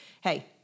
Hey